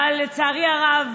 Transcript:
אבל לצערי הרב